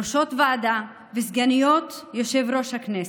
ראשות ועדה וסגניות יושב-ראש הכנסת.